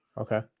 Okay